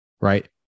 right